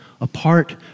apart